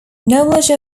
knowledge